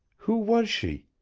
who was she?